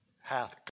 hath